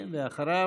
אחריו,